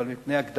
אבל מפני הקדמת,